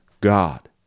God